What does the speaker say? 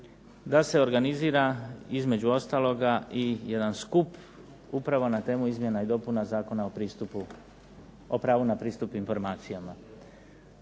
da se organizira između ostaloga i jedan skup upravo na temu izmjena i dopuna Zakona o pravu na pristup informacijama.